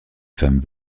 femmes